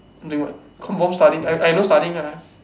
doing what confirm studying I I know studying ah